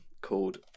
called